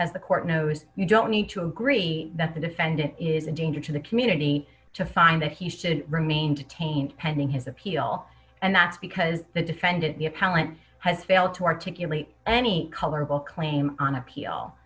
as the court knows you don't need to agree that the defendant is a danger to the community to find that he should remain detained pending his appeal and that's because the defendant the appellant has failed to articulate any colorable claim on appeal